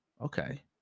okay